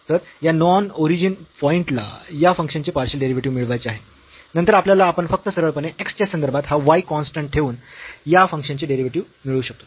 तर या non origin point ला या फंक्शन चे पार्शियल डेरिव्हेटिव्ह मिळवायचे आहे नंतर आपल्याला आपण फक्त सरळपणे x च्या संदर्भात हा y कॉन्स्टंट ठेऊन या फंक्शनचे डेरिव्हेटिव्ह मिळवू शकतो